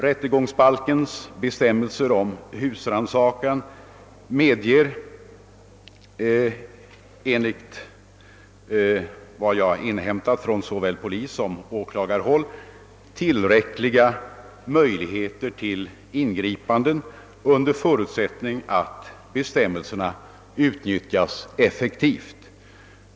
Rättegångsbalkens bestämmelser om husrannsakan ger, enligt vad jag inhämtat från såväl polissom åklagarhåll, tillräckliga möjligheter till ingripanden under förutsättning att bestämmelserna utnyttjas effektivt.